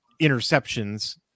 interceptions